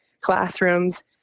classrooms